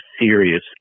serious